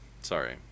Sorry